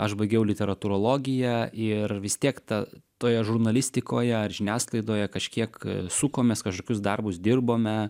aš baigiau literatūrologiją ir vis tiek ta toje žurnalistikoje ar žiniasklaidoje kažkiek sukomės kažokius darbus dirbome